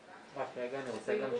מאוד, אפילו בלי שוליים.